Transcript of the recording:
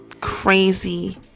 crazy